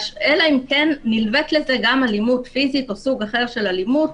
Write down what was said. אלא אם כן נלוות לזה גם אלימות פיזית או סוג אחר של אלימות,